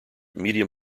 medium